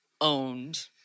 owned